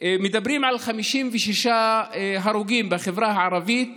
מדברים על 56 הרוגים בחברה הערבית